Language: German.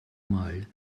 mal